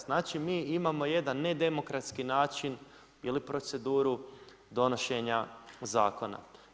Znači mi imamo jedan nedemokratski način ili proceduru donošenja zakona.